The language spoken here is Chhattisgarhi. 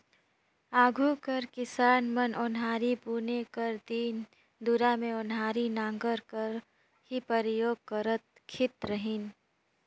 आघु कर किसान मन ओन्हारी बुने कर दिन दुरा मे ओन्हारी नांगर कर ही परियोग करत खित रहिन